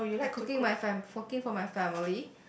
like cooking my fam~ cooking for my family